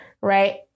right